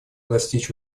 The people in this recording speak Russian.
достичь